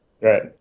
Right